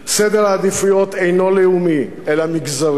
סדר העדיפויות אינו לאומי אלא מגזרי,